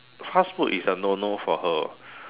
fast food is a no no for her